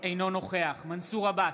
אינו נוכח מנסור עבאס,